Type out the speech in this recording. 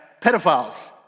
pedophiles